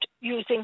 using